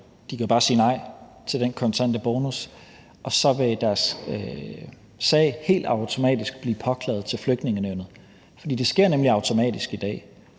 De kan bare sige nej til den kontante bonus, og så vil deres sag helt automatisk blive påklaget til Flygtningenævnet, for det sker nemlig automatisk i dag.